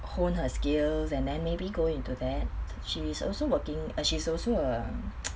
honed her skills and then maybe go into that she is also working uh she's also a